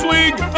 League